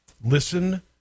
Listen